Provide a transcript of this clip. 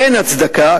אין הצדקה,